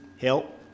help